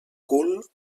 cul